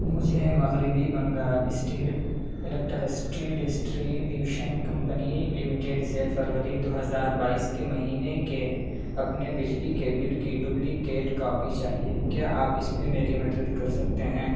مجھے مغربی Bengal state electricity distribution company limited سے فروری دو ہزار بائیس کے مہینے کے اپنے بجلی کے بل کی ڈبلیکیٹ کاپی چاہیے کیا آپ اس میں میری مدد کر سکتے ہیں